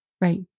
right